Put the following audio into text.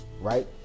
right